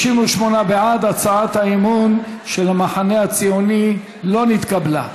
38 בעד, הצעת האי-אמון של המחנה הציוני לא נתקבלה.